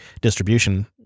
distribution